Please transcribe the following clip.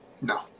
no